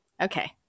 Okay